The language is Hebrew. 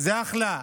זה אחלה.